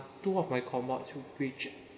two of my core mods which